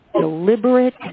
deliberate